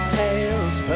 tales